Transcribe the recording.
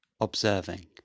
observing